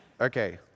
Okay